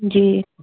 جی